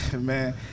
man